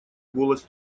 голос